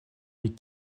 les